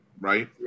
right